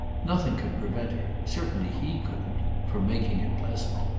nothing could prevent her certainly he couldn't from making it pleasant.